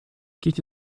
кити